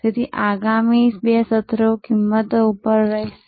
તેથી આગામી બે સત્રો કિંમતો પર રહેશે